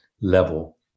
level